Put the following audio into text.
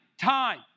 time